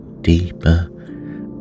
Deeper